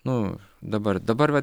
nu dabar dabar vat